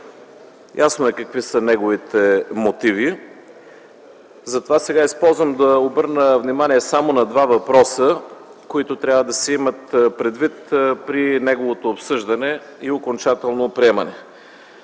Ясно e какви са неговите мотиви. Използвам случая да обърна внимание само на два въпроса, които трябва да се имат предвид при неговото обсъждане и окончателно приемане.